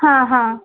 हां हां